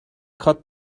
kat